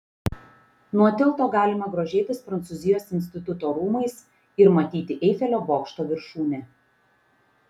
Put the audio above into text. nuo tilto galima grožėtis prancūzijos instituto rūmais ir matyti eifelio bokšto viršūnę